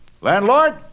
Landlord